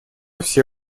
все